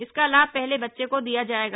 इसका लाभ पहले बच्चे को दिया जाएगा